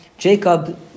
Jacob